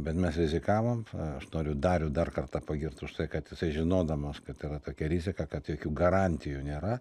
bet mes rizikavom aš noriu darių dar kartą pagirt už tai kad jisai žinodamas kad yra tokia rizika kad jokių garantijų nėra